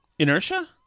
Inertia